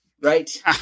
Right